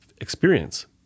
experience